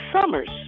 Summers